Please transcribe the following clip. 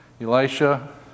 Elisha